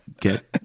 get